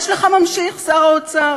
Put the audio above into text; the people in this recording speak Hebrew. יש לך ממשיך, שר האוצר.